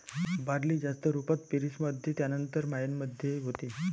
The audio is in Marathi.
बार्ली जास्त रुपात पेरीस मध्ये त्यानंतर मायेन मध्ये होते